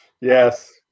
Yes